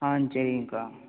ஆ சரிங்கக்கா